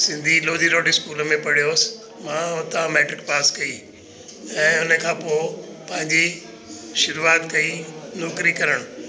Sindhi Lodhi road school में पढ़ियोसि मां हुता मैट्रिक पास कई ऐं उन खां पोइ पंहिंजी शुरुआति कई नौकरी करणु